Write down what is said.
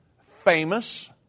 famous